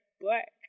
black